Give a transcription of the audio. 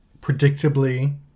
predictably